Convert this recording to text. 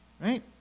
Right